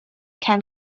can